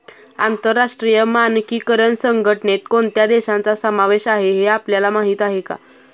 आंतरराष्ट्रीय मानकीकरण संघटनेत कोणत्या देशांचा समावेश आहे हे आपल्याला माहीत आहे का?